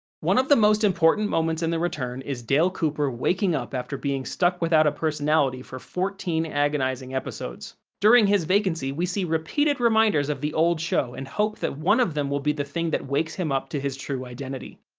one of the most important moments in the return is dale cooper waking up after being stuck without a personality for fourteen agonizing episodes. during his vacancy, we see repeated reminders of the old show and hope that one of them will be the thing that wakes him up to his true identity.